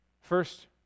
First